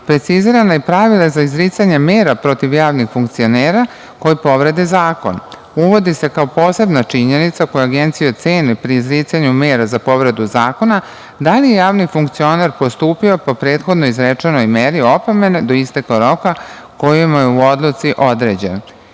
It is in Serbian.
precizirana su pravila za izricanje mera protiv javnih funkcionera koji povrede zakon. Uvodi se kao posebna činjenica koju Agencija ceni pri izricanju mera za povredu zakona da li je javni funkcioner postupio po prethodno izrečenoj meri opomene do isteka roka koji mu je u odluci